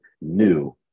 new